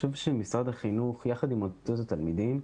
חשוב שמשרד החינוך יחד עם מועצות התלמידים,